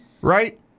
right